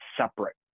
separate